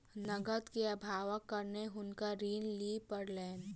नकद के अभावक कारणेँ हुनका ऋण लिअ पड़लैन